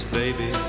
baby